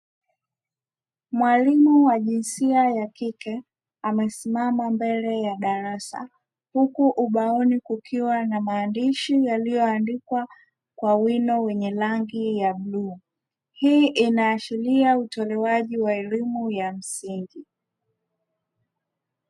Mwalimu wa jinsia ya kike amesimama mbele ya darasa huku ubaoni kukiwa na maandishi yaliyo andikwa kwa wino wenye rangi ya bluu, hii inaashiria utolewaji wa elimu ya msingi.